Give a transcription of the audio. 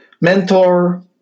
mentor